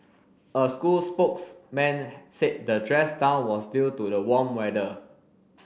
a school spokesman said the dress down was due to the warm weather